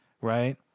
right